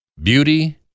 beauty